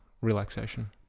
relaxation